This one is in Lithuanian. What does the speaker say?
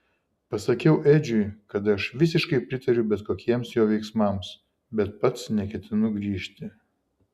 pasakiau edžiui kad aš visiškai pritariu bet kokiems jo veiksmams bet pats neketinu grįžti